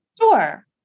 Sure